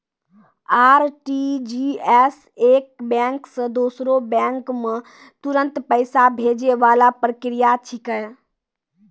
RTGS एक bank से दूसरो बैंक मे तुरंत पैसा भैजै वाला प्रक्रिया छिकै